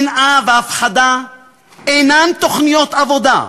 שנאה והפחדה אינן תוכניות עבודה,